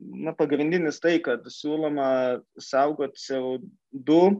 na pagrindinis tai kad siūloma saugoti c o du